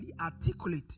articulate